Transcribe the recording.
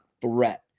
threat